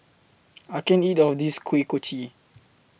I can't eat All of This Kuih Kochi